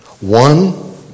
One